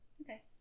Okay